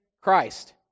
Christ